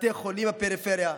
בתי חולים בפריפריה,